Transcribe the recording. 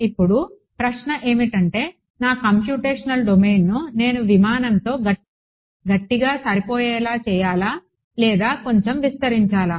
ఇప్పుడు ప్రశ్న ఏమిటంటే నా కంప్యూటేషనల్ డొమైన్ను నేను విమానంతో గట్టిగా సరిపోయేలా చేయాలా లేదా కొంచెం విస్తరించాలా